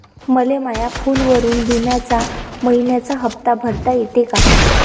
मले माया फोनवरून बिम्याचा मइन्याचा हप्ता भरता येते का?